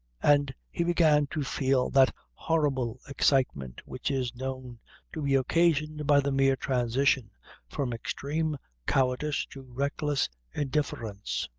and he began to feel that horrible excitement which is known to be occasioned by the mere transition from extreme cowardice to reckless indifference.